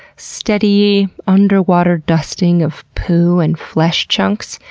steady, underwater dusting of poo and flesh chunks?